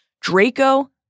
Draco